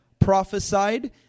prophesied